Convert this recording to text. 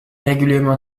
régulièrement